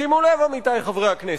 שימו לב, עמיתי חברי הכנסת,